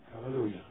Hallelujah